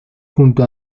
junto